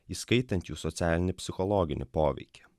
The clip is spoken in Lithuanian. įskaitant jų socialinį psichologinį poveikį